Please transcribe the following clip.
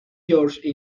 george